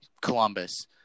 Columbus